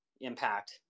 impact